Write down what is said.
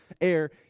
air